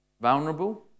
vulnerable